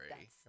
Yes